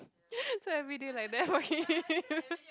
so everyday like that what can you